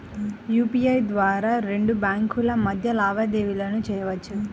UPI ద్వారా రెండు బ్యేంకుల మధ్య లావాదేవీలను చెయ్యొచ్చు